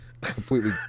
Completely